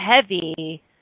heavy